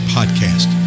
Podcast